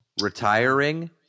retiring